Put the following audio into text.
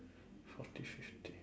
forty fifty